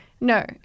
no